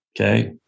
Okay